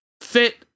fit